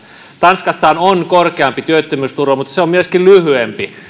tanskassa on on korkeampi työttömyysturva mutta myöskin lyhyempi